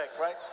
right